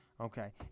Okay